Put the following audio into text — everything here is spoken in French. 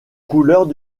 couleurs